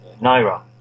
Naira